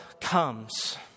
comes